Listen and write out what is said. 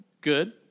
Good